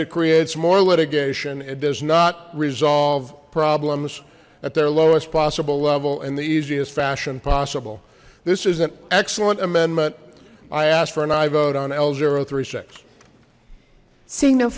it creates more litigation it does not resolve problems at their lowest possible level in the easiest fashion possible this is an excellent amendment i ask for an aye vote on